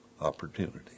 opportunity